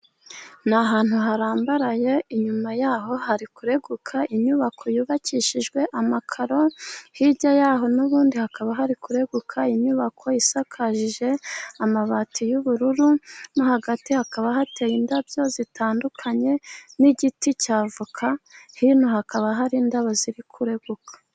Ni ahantu harambaraye, inyuma yaho hari kureguka inyubako yubakishijwe amakaro, hirya yaho n'ubundi hakaba hari kureguka inyubako isakaje amabati y'ubururu, no hagati hakaba hateye indabyo zitandukanye n'igiti cya avoka, hino hakaba hari indabo ziri kureguka.